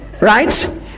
Right